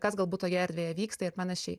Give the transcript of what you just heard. kas galbūt toje erdvėje vyksta ir panašiai